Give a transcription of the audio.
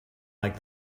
like